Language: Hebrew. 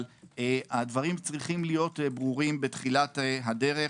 אבל הדברים צריכים להיות ברורים בתחילת הדרך.